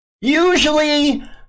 usually